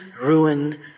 ruin